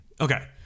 Okay